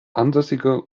ansässige